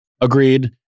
Agreed